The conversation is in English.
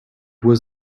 was